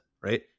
Right